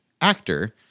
actor